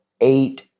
eight